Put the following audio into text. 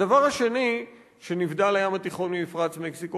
הדבר השני שבו נבדל הים התיכון ממפרץ מקסיקו